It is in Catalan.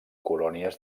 colònies